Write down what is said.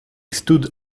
stood